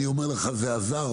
זה עזר.